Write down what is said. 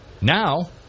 Now